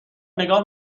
نگاه